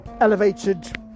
Elevated